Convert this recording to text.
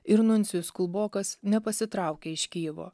ir nuncijus kulbokas nepasitraukė iš kijevo